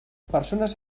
persones